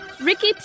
Ricky